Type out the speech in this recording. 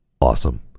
awesome